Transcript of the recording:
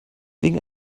wegen